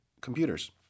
computers